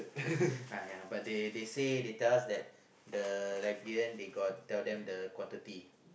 uh ya but they they say they tell us that the like B N they got tell them the quantity